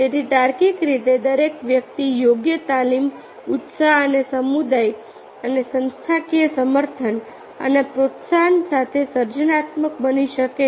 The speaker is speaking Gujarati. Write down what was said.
તેથી તાર્કિક રીતે દરેક વ્યક્તિ યોગ્ય તાલીમ ઉત્સાહ અને સમુદાય અને સંસ્થાકીય સમર્થન અને પ્રોત્સાહન સાથે સર્જનાત્મક બની શકે છે